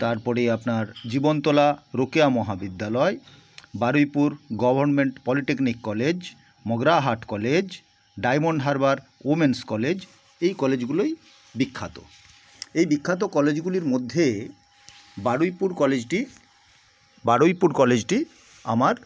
তারপরে আপনার Jibantala Rokeya Mahavidyalaya Baruipur government polytechnic college Magrahat college Diamond Harbour women's college এই কলেজগুলোই বিখ্যাত এই বিখ্যাত কলেজগুলির মধ্যে বারুইপুর কলেজটি বারুইপুর কলেজটি আমার